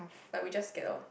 like we just gather